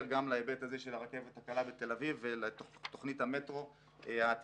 גם להיבט הזה של הרכבת הקלה בתל אביב ולתוכנית המטרו העתידית.